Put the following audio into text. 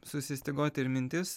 susistyguoti ir mintis